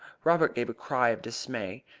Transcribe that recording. robert gave a cry of dismay.